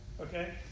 Okay